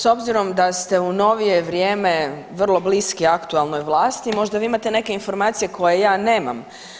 S obzirom da ste u novije vrijeme vrlo bliski aktualnoj vlasti, možda vi imate neke informacije koje ja nemam.